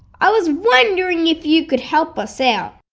i was wondering if you could help us out?